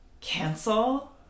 cancel